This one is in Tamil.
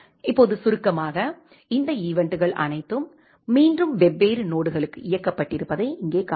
இப்போது சுருக்கமாக இந்த ஈவென்ட்கள் அனைத்தும் மீண்டும் வெவ்வேறு நோட்டுகளுக்கு இயக்கப்பட்டிருப்பதை இங்கே காணலாம்